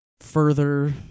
further